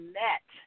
met